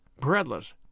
breadless